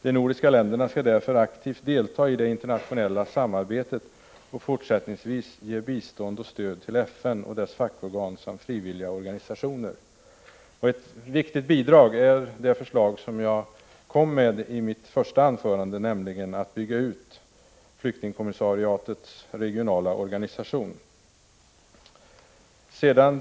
De nordiska länderna skall därför aktivt delta i det internationella samarbetet och fortsättningsvis ge bistånd och stöd till FN och dess fackorgan samt till frivilliga organisationer. Ett viktigt bidrag vore att genomföra det förslag som jag förde fram i mitt första anförande, nämligen att bygga ut flyktingkommissariatets regionala organisation.